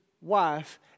wife